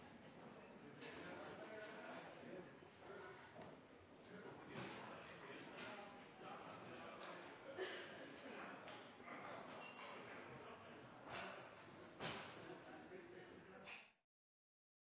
skal gå i